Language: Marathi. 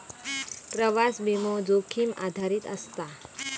प्रवास विमो, जोखीम आधारित असता